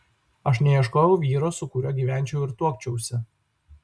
aš neieškojau vyro su kuriuo gyvenčiau ir tuokčiausi